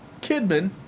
Kidman